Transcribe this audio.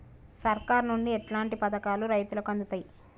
సర్కారు నుండి ఎట్లాంటి పథకాలు రైతులకి అందుతయ్?